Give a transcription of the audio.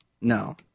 No